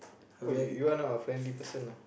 what you you one of friendly person lah